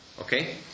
Okay